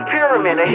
Pyramid